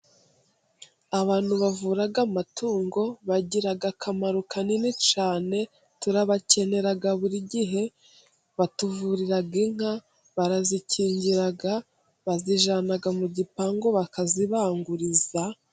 Abantu bavura amatungo bagira akamaro kanini cyane turabakenera buri gihe, batuvurira inka, barazikingira, bazijyana mu gipangu bakazibanguriza.